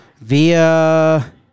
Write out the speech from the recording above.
via